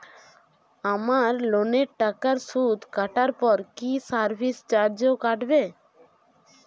আমার লোনের টাকার সুদ কাটারপর কি সার্ভিস চার্জও কাটবে?